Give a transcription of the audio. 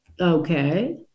Okay